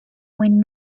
when